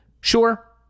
sure